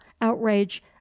outrage